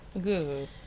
good